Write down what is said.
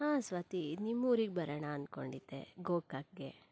ಹಾಂ ಸ್ವಾತಿ ನಿಮ್ಮೂರಿಗೆ ಬರೋಣ ಅನ್ಕೊಂಡಿದ್ದೆ ಗೋಕಾಕ್ಗೆ